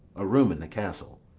a room in the castle.